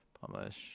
Publish